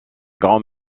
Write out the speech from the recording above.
grand